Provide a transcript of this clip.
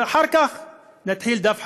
ואחר כך נתחיל דף חדש,